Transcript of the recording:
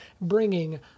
bringing